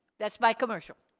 that's my commercial.